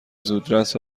زودرس